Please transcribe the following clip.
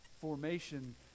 formation